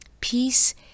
Peace